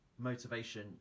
motivation